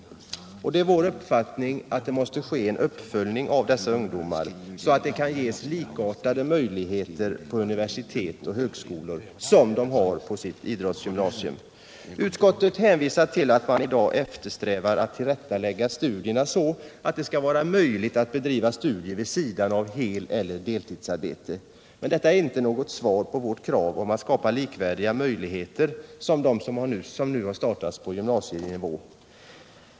Det bör enligt vår uppfattning ske en uppföljning av dessa ungdomars utbildning så att de kan få likartade möjligheter på universitet och högskolor som de har på sitt idrottsgymnasium. Utskottet hänvisar till att man i dag eftersträvar att tillrättalägga studierna så att det skall vara möjligt att bedriva studier vid sidan av heleller deltidsarbete. Men detta tillgodoser inte vårt krav på att för de här ungdomarna skapa likvärdiga möjligheter på högskolenivå som finns för dem när de studerar på gymnasienivå.